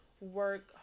work